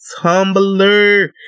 Tumblr